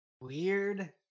weird